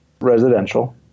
Residential